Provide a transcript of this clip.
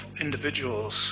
individuals